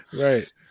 Right